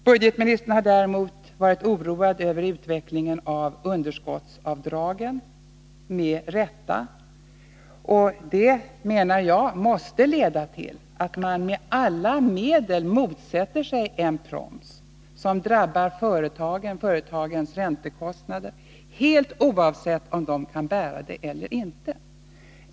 Budgetministern har däremot — med rätta — varit oroad över utvecklingen av underskottsavdragen. Det, menar jag, måste leda till att man med alla medel motsätter sig en proms, som drabbar företagens räntekostnader, oavsett om företagen kan bära dem eller inte.